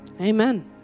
Amen